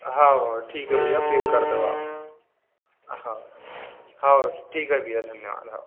हाँ हाओ ठीक है भैया पैक कर दो आप हाँ हाओ ठीक हाओ भैया धन्यवाद हाओ